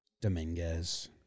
Dominguez